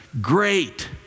great